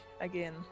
again